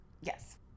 Yes